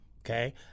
okay